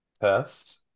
test